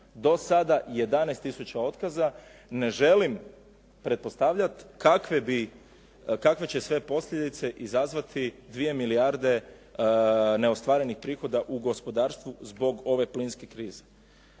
Do sada 11 tisuća otkaza. Ne želim pretpostavljati kakve će sve posljedice izazvati 2 milijarde neostvarenih prihoda u gospodarstvu zbog ove plinske krize.